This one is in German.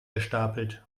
gestapelt